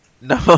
No